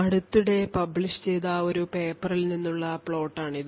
അടുത്തിടെ publish ചെയ്ത ഒരു പേപ്പറിൽ നിന്നുള്ള പ്ലോട്ടാണിത്